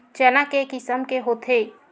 चना के किसम के होथे?